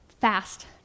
fast